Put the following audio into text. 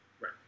Right